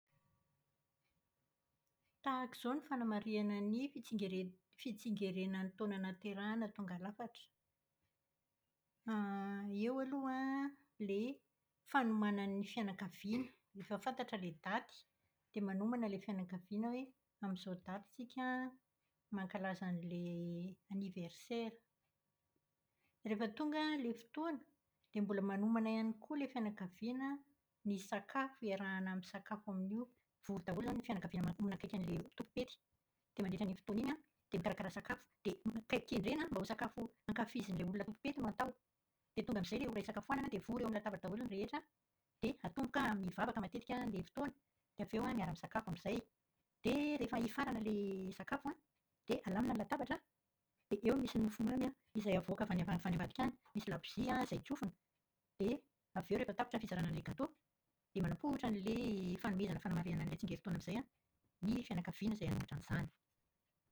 Tahaka izao ny fanamarihana ny fitsingerenan'ny taona nahaterahana tonga lafatra. eo aloha ilay fanomanan'ny fianakaviana. Efa fantatra ilay daty dia manomana ilay fianakaviana hoe amin'izao daty tsika mankalaza an'ilay aniverisera. Rehefa tonga ilay fotoana dia mbola manomana ihany koa ilay fianakaviana ny sakafo iarahana misakafo amin'io. Vory daholo izany ny fianakaviana manakaiky an'ilay tompom-pety. Dia mandritra an'iny fotoana iny an, dia mikarakara sakafo dia kendrena mba ho sakafo ankafizin'ilay olona tompom-pety no atao. Dia tonga amin'izay ilay ora isakafoanana dia vory eo amin'ny latabatra daholo ny rehetra. Dia atomboka amin'ny vavaka matetika ilay fotoana. Dia avy eo miaraka misakafo amin'izay. Dia rehefa hifarana ilay sakafo an, dia alamina ny latabatra dia eo misy ny mofomamy izay avoaka avy any ambadika any. Misy labozia izay tsofina dia avy eo rehefa tapitra ny fizarana an'ilay gato, dia manapoitra an'ilay fanomezana fanamarihana an'ilay tsingerintaona amin'izay ny fianakaviana izay anatitra an'izany.